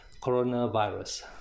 coronavirus